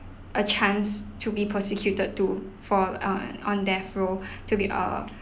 a chance to be prosecuted to for err on death row to be err